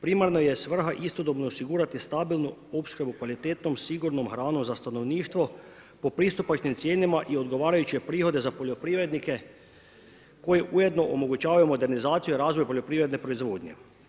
Primarna je svrha istodobno osigurati stabilnu opskrbu kvalitetom, sigurnom hranom za stanovništvo po pristupačnim cijenama i odgovarajuće prihode za poljoprivrednike koji ujedno omogućavaju modernizaciju i razvoj poljoprivredne proizvodnje.